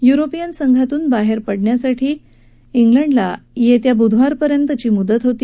European संघातूनबाहेर पडण्यासाठी युकेला येत्या बुधवारपर्यंतची मुदत होती